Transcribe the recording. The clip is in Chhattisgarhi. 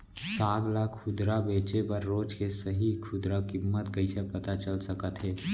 साग ला खुदरा बेचे बर रोज के सही खुदरा किम्मत कइसे पता चल सकत हे?